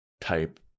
type